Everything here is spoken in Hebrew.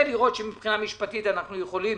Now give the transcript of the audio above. לראות שמבחינה משפטית אנחנו יכולים